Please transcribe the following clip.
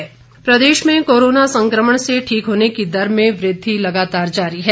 Himachal corona Pradesh में corona संक्रमण से ठीक होने की दर में वृद्धि लगातार जारी है